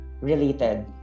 related